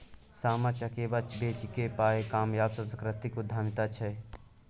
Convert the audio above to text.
सामा चकेबा बेचिकेँ पाय कमायब सांस्कृतिक उद्यमिता छै